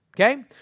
okay